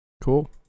cool